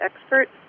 Expert